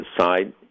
side